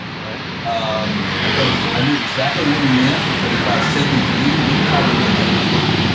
um because i knew exactly what he meant, but if i sent them to you, you probably wouldn't have a clue.